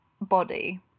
body